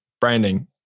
branding